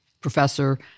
professor